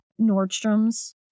Nordstrom's